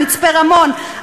מצפה-רמון,